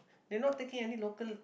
they not taking any local